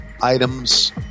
items